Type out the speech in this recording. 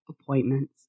appointments